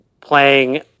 playing